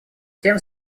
тем